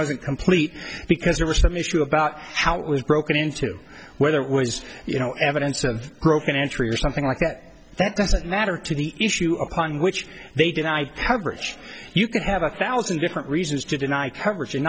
wasn't complete because there was some issue about how it was broken into whether it was you know evidence of broken entry or something like that that doesn't matter to the issue upon which they deny coverage you can have a thousand different reasons to deny coverage